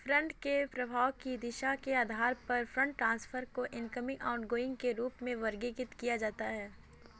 fund के प्रवाह की दिशा के आधार पर फंड ट्रांसफर को इनकमिंग, आउटगोइंग के रूप में वर्गीकृत किया जाता है